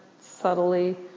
subtly